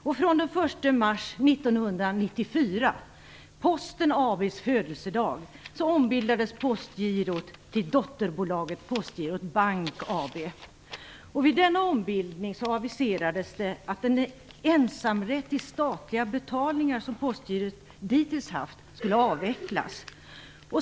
Den 1 mars 1994, Posten AB:s födelsedag, ombildades Postgirot till dotterbolaget Vid Postens ombildning aviserades det att den ensamrätt till statliga betalningar som Postgirot dittills haft skulle avvecklas.